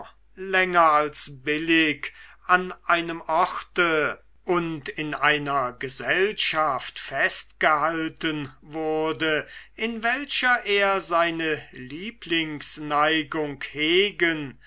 länger als billig an einem orte und in einer gesellschaft festgehalten wurde in welcher er seine lieblingsneigung hegen